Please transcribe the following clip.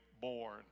born